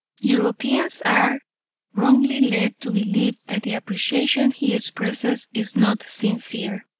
europeans are wrongly led to believe that the appreciation he expresses is not sincere.